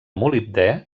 molibdè